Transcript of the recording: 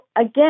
again